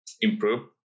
improve